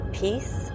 peace